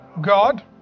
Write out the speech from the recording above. God